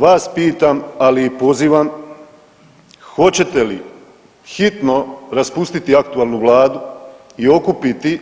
Vas pitam, ali i pozivam hoćete li hitno raspustiti aktualnu vladu i okupiti